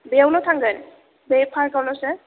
बेयावल' थांगोन बे पार्कआवल'सो